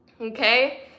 okay